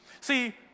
See